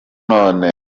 none